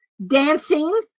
Dancing